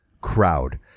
crowd